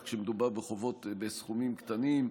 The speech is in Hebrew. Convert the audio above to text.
בטח כשמדובר בחובות בסכומים קטנים.